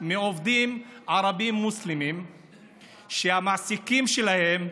מעובדים ערבים מוסלמים שהמעסיקים שלהם,